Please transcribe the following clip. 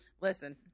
listen